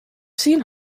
seen